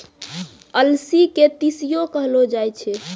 अलसी के तीसियो कहलो जाय छै